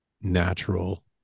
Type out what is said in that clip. natural